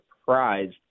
surprised